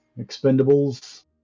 expendables